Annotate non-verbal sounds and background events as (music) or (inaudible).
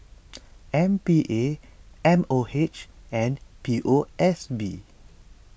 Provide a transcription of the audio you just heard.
(noise) M P A M O H and P O S B